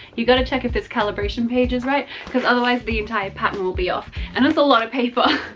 you gotta check if this calibration page is right, cause otherwise the entire pattern will be off and that's a lot of paper.